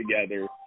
together